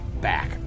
back